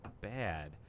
bad